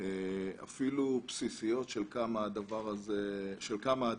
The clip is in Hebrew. אפילו בסיסיות של כמה הדבר הזה יעלה,